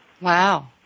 Wow